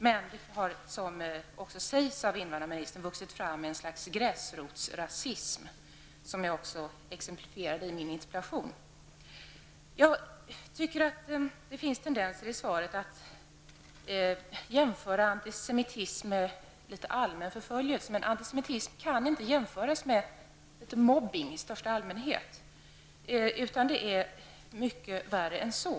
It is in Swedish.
Men som invandrarministern också framhåller i svaret har det vuxit fram ett slags gräsrotsrasism, något som jag också exemplifierade i min interpellation. Det finns en tendens i svaret att antisemitism jämförs med allmän förföljelse, men antisemitism kan inte jämföras med mobbning i största allmänhet. Antisemitism är någonting mycket värre än så.